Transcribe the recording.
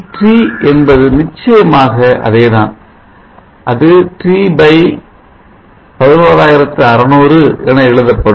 VT என்பது நிச்சயமாக அதே தான் அது T11600 என எழுதப்படும்